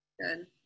Good